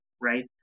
right